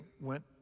went